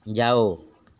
जाओ